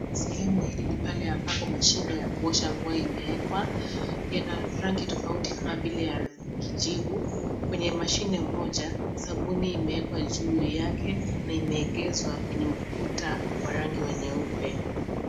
Sehemu hili ni pale ambapo mashine ya kuosha nguo imewekwa. Inarangi tofauti kama vile ya kijivu. Kwenye mashine moja sabuni imewekwa juu yake na imeegezwa kwenye ukuta wa rangi wa nyeupe.